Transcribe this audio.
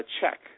check